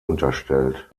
unterstellt